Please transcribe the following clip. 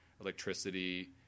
electricity